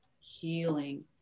healing